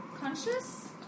conscious